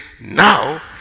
now